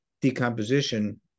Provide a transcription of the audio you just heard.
decomposition